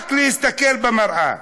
רק להסתכל במראה.